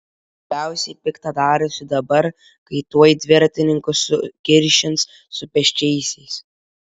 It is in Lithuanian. labiausiai pikta darosi dabar kai tuoj dviratininkus sukiršins su pėsčiaisiais